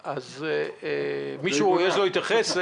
מישהו רוצה להתייחס?